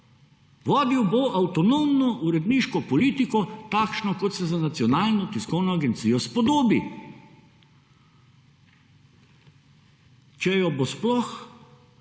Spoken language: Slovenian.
Vodil bo avtonomno uredniško politiko takšno kot se za nacionalno tiskovno agencijo spodobi. Če jo bo sploh